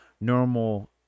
normal